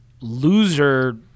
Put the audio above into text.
loser